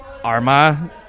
Arma